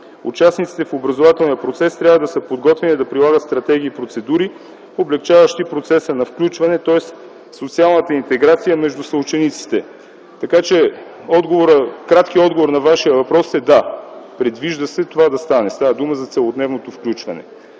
Участниците в образователния процес трябва да са подготвени да прилагат стратегии и процедури, облекчаващи процеса на включване, тоест социалната интеграция между съучениците. Така, че краткият отговор на Вашия въпрос е: да, предвижда се това да стане. Става дума за целодневното включване.